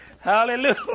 hallelujah